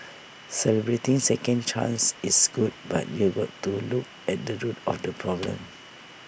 celebrating second chances is good but you've to look at the root of the problem